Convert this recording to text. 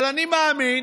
אבל אני מאמין